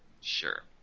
Sure